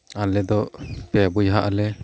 ᱟᱞᱮᱫᱚ ᱯᱮ ᱵᱚᱭᱦᱟᱜ ᱟᱞᱮ